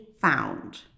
found